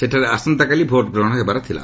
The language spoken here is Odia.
ସେଠାରେ ଆସନ୍ତାକାଲି ଭୋଟ୍ଗ୍ରହଣ ହେବାର ଥିଲା